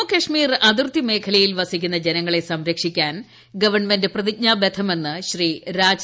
ജമ്മുകാശ്മീർ അതിർത്തി മേഖലയിൽ വസിക്കുന്ന ജനങ്ങളെ സംരക്ഷിക്കാൻ ഗവൺമെന്റ് പ്രതിജ്ഞാബദ്ധമെന്ന് ശ്രീ രാജ്നാഥ് സിംഗ്